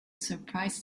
surprise